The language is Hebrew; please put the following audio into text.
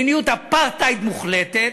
מדיניות אפרטהייד מוחלטת.